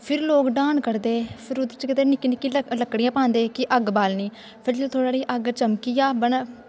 फिर लोक ड्हान कड्ढदे फिर ओह्दे च निक्की निक्की लक्कड़ियां पांदे कि अग्ग बालनी फिर थोह्ड़ी थोह्ड़ी अग्ग चमकी जा बनी